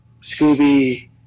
Scooby